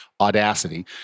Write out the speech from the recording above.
Audacity